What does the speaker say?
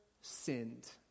sinned